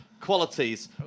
qualities